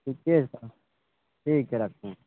ठीके छै तब ठीक है रख